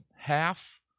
half